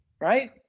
right